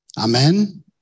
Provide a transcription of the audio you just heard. Amen